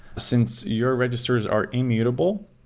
since your registers are immutable.